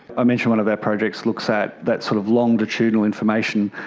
i mentioned one of our projects looks at that sort of longitudinal information.